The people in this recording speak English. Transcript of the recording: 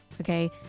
Okay